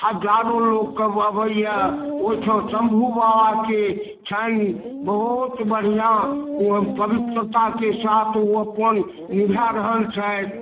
हजारो लोकसब अबैए ओहिठाम शम्भूबाबाके छनि बहुत बढ़िआँ पवित्रताके साथ ओ अपन निभा रहल छथि